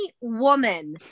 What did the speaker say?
woman